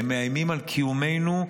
הם מאיימים על קיומנו,